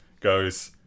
goes